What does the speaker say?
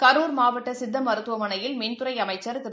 கரர் மாவட்டசித்தமருத்துவமனையில் மின்துறைஅமைச்சர் திரு